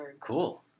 Cool